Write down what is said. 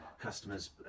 customers